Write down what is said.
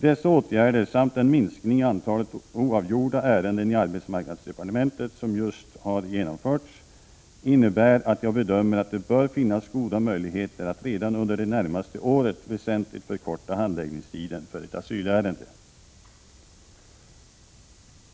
Dessa åtgärder samt den minskning i antalet oavgjorda ärenden i arbetsmarknadsdepartementet som just har genomförts innebär att jag bedömer att det bör finnas goda möjligheter att redan under det närmaste året väsentligt förkorta handläggningstiden för ett asylärende.